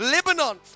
Lebanon